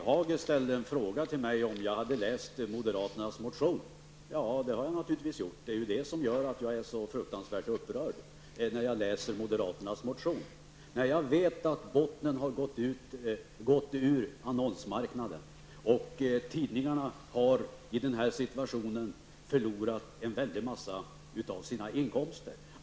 Fru talman! Hans Nyhage frågade om jag har läst moderaternas motion. Ja, det har jag naturligtvis gjort. Det är därför jag är så fruktansvärt upprörd. Jag vet ju att bottnen har gått ur annonsmarknaden och att tidningarna har förlorat en väldig massa av sina inkomster.